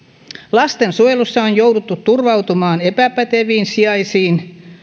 lastensuojelussa on on jouduttu turvautumaan epäpäteviin sijaisiin